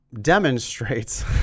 demonstrates